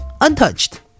untouched